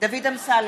דוד אמסלם,